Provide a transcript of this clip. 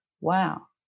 wow